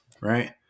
right